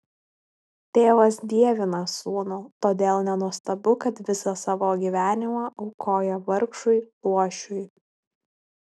tėvas dievina sūnų todėl nenuostabu kad visą savo gyvenimą aukoja vargšui luošiui